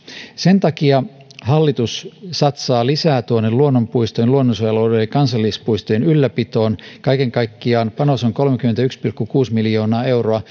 sen takia hallitus satsaa lisää tuonne luonnonpuistojen luonnonsuojelualueiden ja kansallispuistojen ylläpitoon kaiken kaikkiaan panos on kolmekymmentäyksi pilkku kuusi miljoonaa euroa